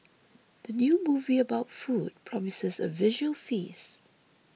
the new movie about food promises a visual feast